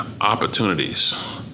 opportunities